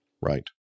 right